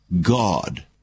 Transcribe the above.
God